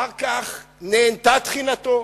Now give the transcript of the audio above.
אחר כך נענתה תחינתו,